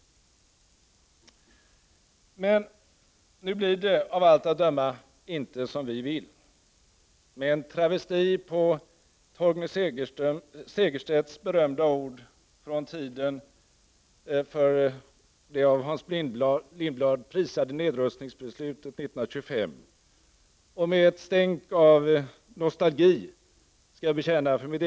ng Men nu blir det av allt att döma inte som vi vill. Med en travesti på Torgny Segerstedts berömda ord, från tiden för det av Hans Lindblad prisade nedrustningsbeslutet 1925 — och med ett stänk av nostalgi, det skall jag bekänna, för mitt.